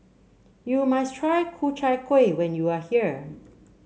you must try Ku Chai Kueh when you are here